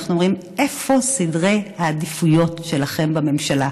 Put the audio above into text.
אומרים: איפה סדר העדיפויות שלכם בממשלה?